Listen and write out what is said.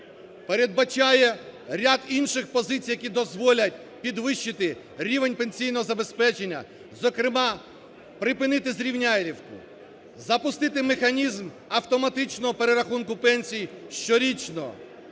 Передбачає ряд інших позицій, які дозволять підвищити рівень пенсійного забезпечення, зокрема припинити зрівнялівку, запустити механізм автоматичного перерахунку пенсій щорічно,